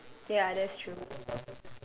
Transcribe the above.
mm ya that's true